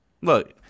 Look